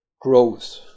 growth